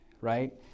Right